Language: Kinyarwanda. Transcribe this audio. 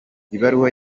ibaruwa